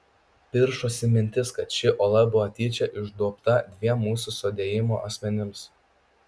piršosi mintis kad ši ola buvo tyčia išduobta dviem mūsų sudėjimo asmenims